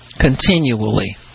Continually